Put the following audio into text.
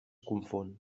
confon